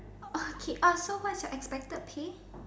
okay so what is your expected pay